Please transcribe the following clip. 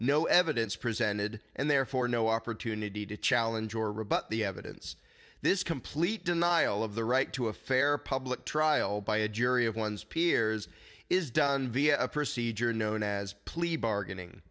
no evidence presented and therefore no opportunity to challenge or rebut the evidence this complete denial of the right to a fair public trial by a jury of one's peers is done via a procedure known as plea bargaining